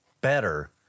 better